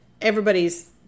everybody's